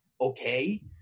okay